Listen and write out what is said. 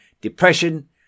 depression